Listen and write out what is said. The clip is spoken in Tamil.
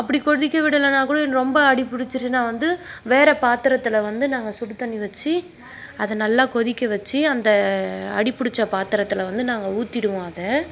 அப்படி கொதிக்க விடலைனா கூட ரொம்ப அடி பிடிச்சிட்டுனா வந்து வேறு பாத்திரத்துல வந்து நாங்கள் சுடு தண்ணி வச்சு அதை நல்லா கொதிக்க வச்சு அந்த அடி பிடிச்ச பாத்திரத்துல வந்து நாங்கள் ஊற்றிடுவோம் அதை